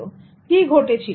কি ঘটেছিল